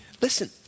Listen